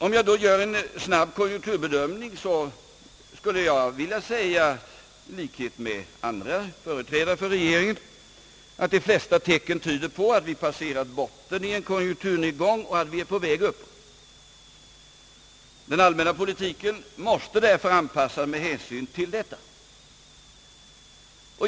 Om jag då gör en snabb konjunkturbedömning, skulle jag i likhet med andra företrädare för regeringen vilja säga, att de flesta tecken tyder på att vi har passerat botten av en konjunkturnedgång och nu är på väg uppåt. Den allmänna politiken måste anpassas med hänsyn till detta.